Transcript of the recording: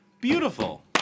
Beautiful